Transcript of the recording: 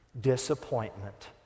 disappointment